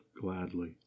gladly